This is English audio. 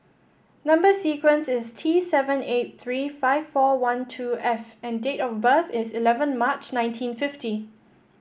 number sequence is T seven eight three five four one two F and date of birth is eleven March nineteen fifty